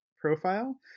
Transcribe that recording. profile